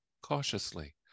cautiously